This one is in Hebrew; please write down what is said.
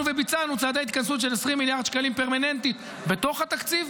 וביצענו צעדי התכנסות של 20 מיליארד שקלים פרמננטית בתוך התקציב,